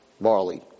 barley